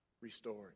Restored